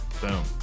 Boom